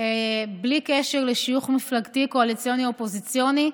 בלי קשר לשיוך מפלגתי או קואליציוני אופוזיציוני,